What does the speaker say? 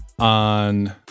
on